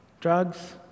drugs